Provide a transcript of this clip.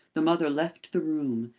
the mother left the room,